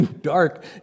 dark